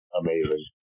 amazing